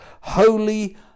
Holy